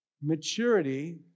maturity